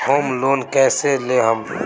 Home loan कैसे लेहम?